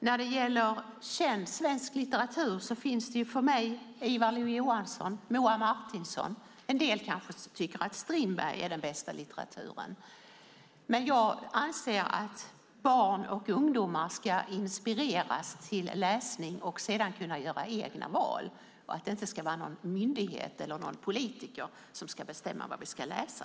När det gäller känd svensk litteratur finns för mig Ivar Lo-Johansson och Moa Martinson. En del kanske tycker att Strindberg skrivit den bästa litteraturen. Men jag anser att barn och ungdomar ska inspireras till läsning och sedan kunna göra egna val. Det ska inte vara någon myndighet eller politiker som bestämmer vad vi ska läsa.